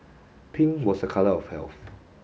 pink was a colour of health